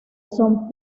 son